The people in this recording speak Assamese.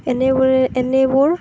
এনেবোৰেই এনেবোৰ